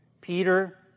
Peter